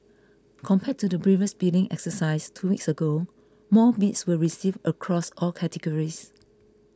compared to the previous bidding exercise two weeks ago more bids were received across all categories